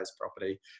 property